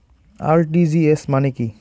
RTGS মানে কি?